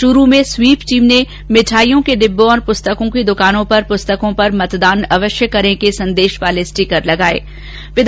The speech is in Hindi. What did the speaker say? चूरू में स्वीप टीम ने मिठाइयों के डिब्बों और पुस्तकों की दुकानों पर पुस्तकों पर मतदान अवश्य करें के संदेश वाले स्टीकर लगाए गए